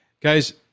Guys